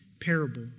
parable